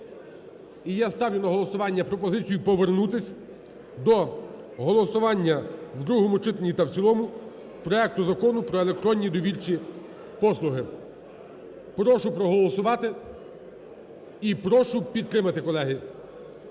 і я ставлю на голосування пропозицію повернутись до голосування в другому читанні та в цілому проекту Закону про електронні довірчі послуги. Прошу проголосувати і прошу підтримати, колеги,